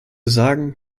sagen